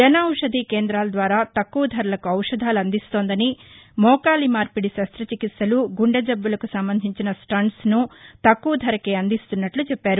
జన ఔషదీ కేంద్రాల ద్వారా తక్కువ ధరలకు ఒపధాలు అందిస్తోందని మోకాలి మార్పిడి శస్త్రచికిత్సలు గుండె జబ్బులకు సంబంధించిన స్లెంట్స్ ను తక్కువ ధరకే అందిస్తుస్నట్లు చెప్పారు